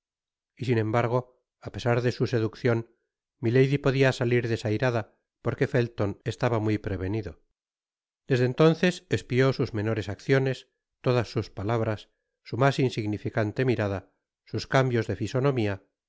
y sin embargo á pesar de su seduccion milady podia salir desairada porque felton estaba muy prevenido desde entonces espió sus menores acciones todas sus palabras su mas insignificante mirada sus cambios de fisonomia